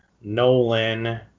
Nolan